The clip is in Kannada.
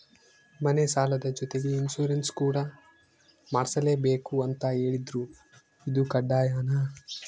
ಮನೆ ಸಾಲದ ಜೊತೆಗೆ ಇನ್ಸುರೆನ್ಸ್ ಕೂಡ ಮಾಡ್ಸಲೇಬೇಕು ಅಂತ ಹೇಳಿದ್ರು ಇದು ಕಡ್ಡಾಯನಾ?